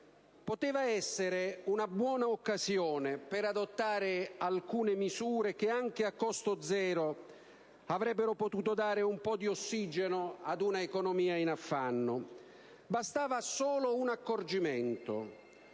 Poteva essere una buona occasione per adottare alcune misure che, anche a costo zero, avrebbero potuto dare un po' di ossigeno ad un'economia in affanno. Bastava solo un accorgimento: